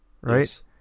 right